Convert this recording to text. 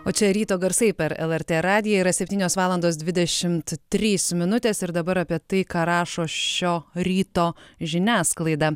o čia ryto garsai per lrt radiją yra septynios valandos dvidešimt trys minutės ir dabar apie tai ką rašo šio ryto žiniasklaida